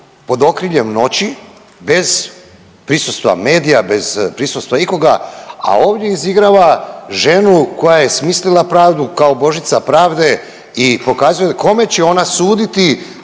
pod okriljem noći bez prisustva medija, bez prisustva ikoga, a ovdje izigrava ženu koja je smisla pravdu kao božica pravde i pokazuje kome će ona suditi,